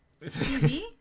TV